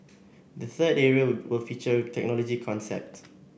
the third area will feature technology concept